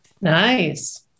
Nice